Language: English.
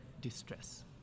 distress